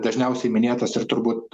dažniausiai minėtas ir turbūt